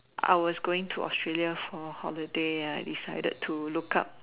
I was going to Australia for holiday and I decided to look up